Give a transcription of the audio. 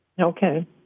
Okay